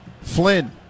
Flynn